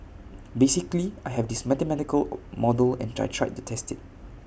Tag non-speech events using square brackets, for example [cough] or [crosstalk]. basically I have this mathematical [noise] model and I tried to test IT